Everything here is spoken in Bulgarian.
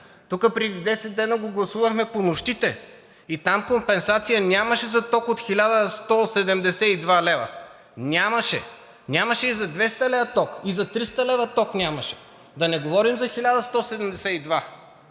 тук преди 10 дни го гласувахме по нощите, и там компенсация нямаше за ток от 1172 лв. Нямаше! Нямаше и за 200 лв. ток, и за 300 лв. ток нямаше, да не говорим за 1172.